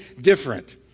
different